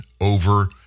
over